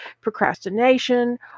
procrastination